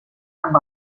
amb